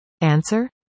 Answer